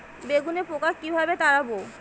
বেগুনের পোকা কিভাবে তাড়াব?